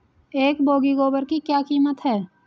एक बोगी गोबर की क्या कीमत है?